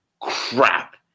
crap